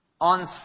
on